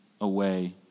away